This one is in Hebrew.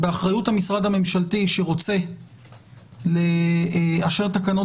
באחריות המשרד הממשלתי שרוצה לאשר תקנות